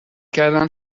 کردم